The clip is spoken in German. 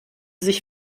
sich